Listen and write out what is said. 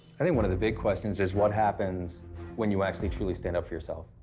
i think one of the big questions is what happens when you actually truly stand up for yourself,